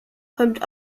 kommt